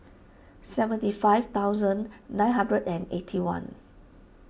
seventy five thousand nine hundred and eighty one